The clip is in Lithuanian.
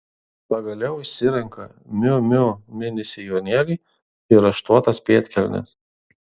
pagaliau išsirenka miu miu mini sijonėlį ir raštuotas pėdkelnes